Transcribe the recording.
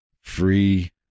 free